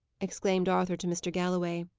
exclaimed arthur to mr. galloway.